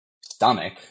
stomach